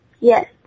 Yes